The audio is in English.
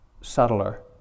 subtler